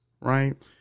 right